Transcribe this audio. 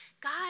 God